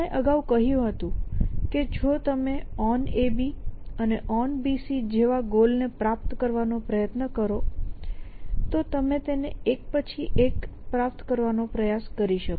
આપણે અગાઉ કહ્યું હતું કે જો તમે OnAB અને OnBC જેવા ગોલ ને પ્રાપ્ત કરવાનો પ્રયત્ન કરો તો તમે તેને એક પછી એક પ્રાપ્ત કરવાનો પ્રયાસ કરી શકો